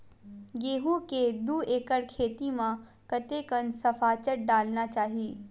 गेहूं के दू एकड़ खेती म कतेकन सफाचट डालना चाहि?